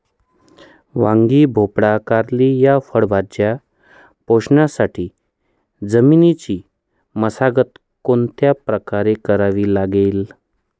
वांगी, भोपळा, कारली या फळभाज्या पोसण्यासाठी जमिनीची मशागत कोणत्या प्रकारे करावी लागेल?